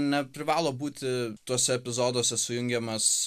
neprivalo būti tuose epizoduose sujungiamas